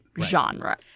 genre